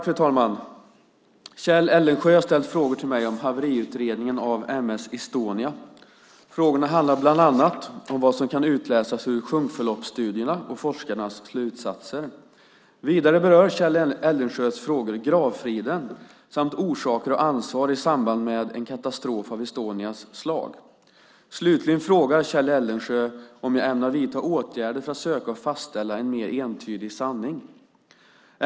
Fru talman! Kjell Eldensjö har ställt frågor till mig om haveriutredningen av M/S Estonia. Frågorna handlar bland annat om vad som kan utläsas ur sjunkförloppsstudierna och forskarnas slutsatser. Vidare berör Kjell Eldensjös frågor gravfriden samt orsaker och ansvar i samband med en katastrof av Estonias slag. Slutligen frågar Kjell Eldensjö om jag ämnar vidta åtgärder för att söka och fastställa en mer entydig sanning.